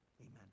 Amen